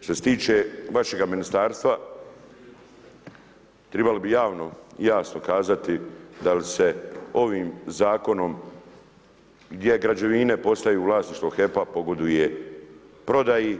Što se tiče vašega Ministarstva, trebalo bi javno i jasno kazati da li se ovim Zakonom gdje građevine postaju vlasništvo HEP-a pogoduje prodaji